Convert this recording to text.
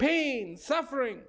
pain suffering